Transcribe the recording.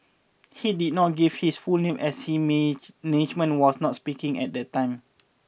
he did not give his full name as his management was not speaking at the time